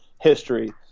history